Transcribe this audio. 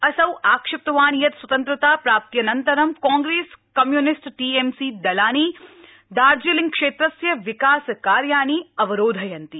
असौ आक्षिप्तवान् यत् सवतंत्रता प्राप्त्यनन्तर कांप्रेस कम्यूनिस्ट टीएमसी दलानि दार्जिलिङ्ग क्षेत्रस्य विकासकार्याणि अवरोधयन्ति